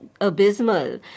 abysmal